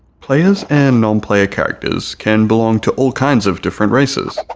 players and non-player characters can belong to all kinds of different races.